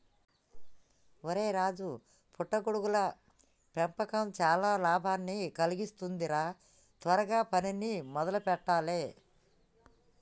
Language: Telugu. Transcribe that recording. ఒరై రాజు పుట్ట గొడుగుల పెంపకం చానా లాభాన్ని కలిగిస్తుంది రా త్వరగా పనిని మొదలు పెట్టాలే